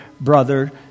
brother